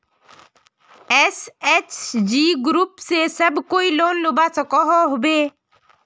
SHG group से सब कोई लोन लुबा सकोहो होबे?